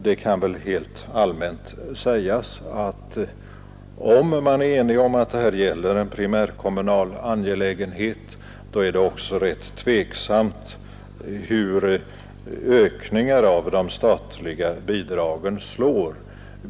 Det kan helt allmänt sägas att om man är enig om att det gäller en primärkommunal angelägenhet, är det också rätt tveksamt hur ökningar av det statliga bidraget slår.